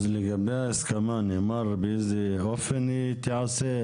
לגבי ההסכמה, נאמר באיזה אופן היא תיעשה?